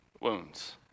wounds